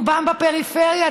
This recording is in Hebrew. רובם בפריפריה.